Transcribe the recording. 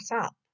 up